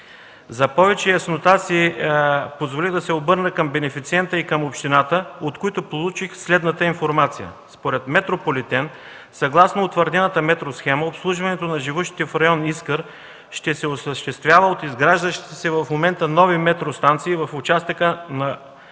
За повече яснота си позволих да се обърна към бенефициента и към общината, от които получих следната информация. Според „Метрополитен”, съгласно утвърдената метросхема, обслужването на живущите в район „Искър” ще се осъществява от изграждащите се в момента нови метростанции в участъка от